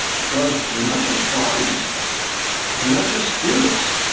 because we're not just bodies and we're not just spirits.